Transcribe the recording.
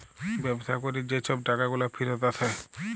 ব্যবসা ক্যরে যে ছব টাকাগুলা ফিরত আসে